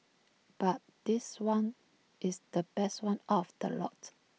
but this one is the best one out of the lot